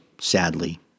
sadly